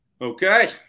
Okay